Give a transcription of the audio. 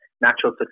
natural